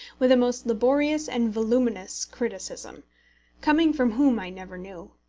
with a most laborious and voluminous criticism coming from whom i never knew.